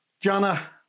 Jana